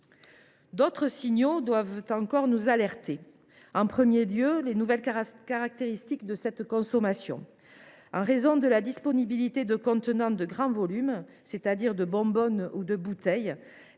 D’autres signaux doivent encore nous alarmer. En premier lieu, je pense aux nouvelles caractéristiques de cette consommation. En raison de la disponibilité de contenants de grand volume, c’est à dire de bonbonnes ou de bouteilles,